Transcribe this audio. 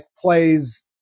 plays